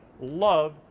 love